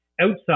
outside